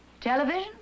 Television